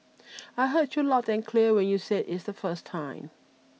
I heard you loud and clear when you said it the first time